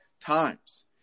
times